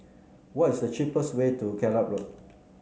what is the cheapest way to Gallop Road